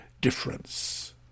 difference